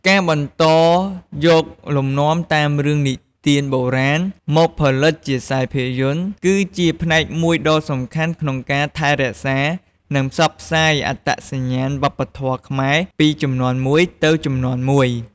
ការបន្តយកលំនាំតាមរឿងនិទានបុរាណមកផលិតជាខ្សែភាពយន្ត គឺជាផ្នែកមួយដ៏សំខាន់ក្នុងការថែរក្សា និងផ្សព្វផ្សាយអត្តសញ្ញាណវប្បធម៌ខ្មែរពីជំនាន់មួយទៅជំនាន់មួយ។